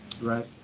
right